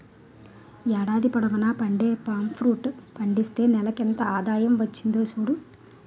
ఏడాది పొడువునా పండే పామ్ ఫ్రూట్ పండిస్తే నెలకింత ఆదాయం వచ్చింది సూడు